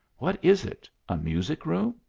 what is it, a music-room?